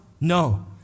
No